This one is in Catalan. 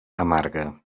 amarga